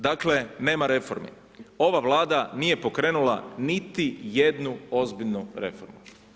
Dakle, nema reformi, ova Vlada nije pokrenula niti jednu ozbiljnu reformu.